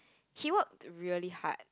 he worked really hard